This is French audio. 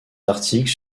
articles